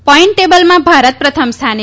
point ટેબલમાં ભારત પ્રથમ સ્થાને છે